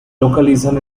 localizan